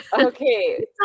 Okay